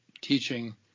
teaching